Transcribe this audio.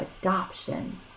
adoption